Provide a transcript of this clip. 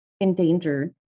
endangered